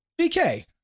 BK